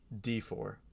D4